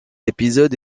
épisode